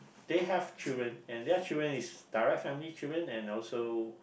they have children and their children is direct family children and also